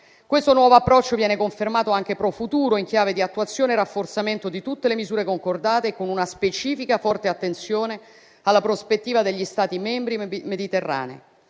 Questo nuovo approccio viene confermato anche *pro futuro* in chiave di attuazione e rafforzamento di tutte le misure concordate, con una specifica forte attenzione alla prospettiva degli Stati membri mediterranei.